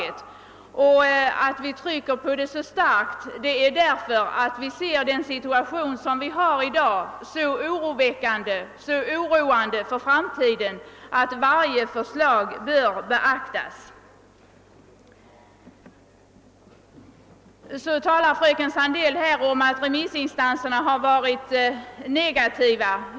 Att vi så starkt trycker på detta krav beror på att vi finner dagens situation så oroväckande för framtiden att varje förslag bör beaktas. Fröken Sandell talar vidare om att remissinstanserna varit negativa.